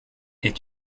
est